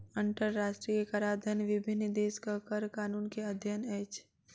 अंतरराष्ट्रीय कराधन विभिन्न देशक कर कानून के अध्ययन अछि